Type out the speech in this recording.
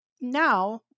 now